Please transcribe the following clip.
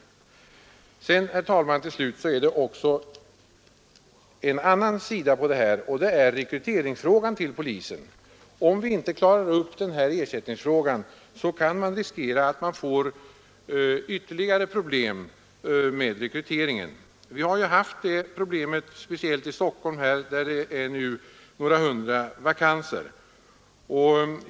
Till slut, herr talman: Det finns också en annan sida av det här problemet, nämligen frågan om rekryteringen till polisen. Om vi inte klarar upp den här ersättningsfrågan, kan vi riskera att få ytterligare problem med rekryteringen. Vi har ju haft det problemet speciellt här i Stockholm, där det nu är några hundra vakanser.